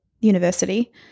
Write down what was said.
university